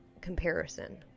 comparison